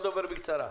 כל דובר בקצרה.